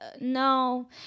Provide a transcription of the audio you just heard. No